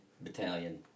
battalion